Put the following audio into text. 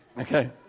Okay